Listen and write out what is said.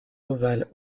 ovales